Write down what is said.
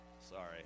Sorry